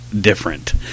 different